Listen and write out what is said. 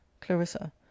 Clarissa